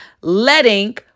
letting